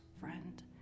friend